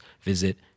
visit